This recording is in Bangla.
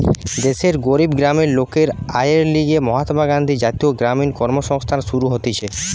দেশের গরিব গ্রামের লোকের আয়ের লিগে মহাত্মা গান্ধী জাতীয় গ্রামীণ কর্মসংস্থান শুরু হতিছে